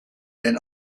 den